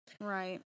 Right